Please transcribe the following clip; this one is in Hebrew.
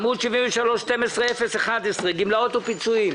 עמוד 73, 011 - 12, גמלאות ופיצויים.